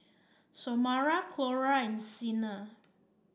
Xiomara Clora and Xena